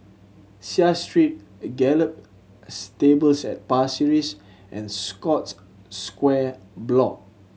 Seah Street Gallop Stables at Pasir Ris and Scotts Square Block